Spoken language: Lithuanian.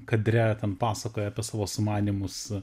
kadre ten pasakoja apie savo sumanymus